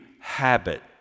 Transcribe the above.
habit